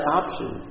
option